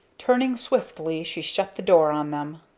turning swiftly she shut the door on them.